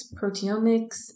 proteomics